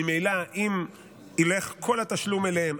ממילא אם ילך כל התשלום אליהם,